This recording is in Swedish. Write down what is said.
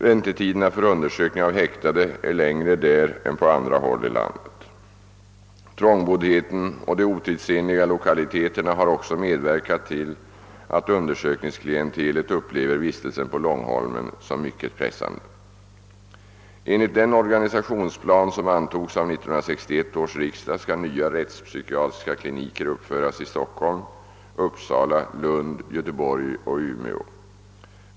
Väntetiderna för undersökning av häktade är längre där än på andra håll i landet. Trångboddheten och de otidsenliga lokaliteterna har också medverkat till att undersökningsklientelet upplever vistelsen på Långholmen som mycket pressande. Enligt den organisationsplan som antogs av 1961 års riksdag skall nya rättspsykiatriska kliniker uppföras i Stockholm, Uppsala, Lund, Göteborg och Umeå.